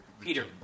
Peter